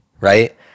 right